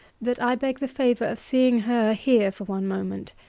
that i beg the favour of seeing her here for one moment,